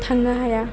थांनो हाया